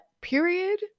period